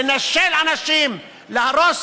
לנשל אנשים, להרוס